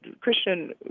Christian